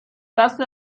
دست